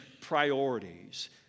priorities